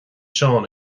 seán